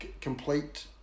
complete